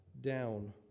down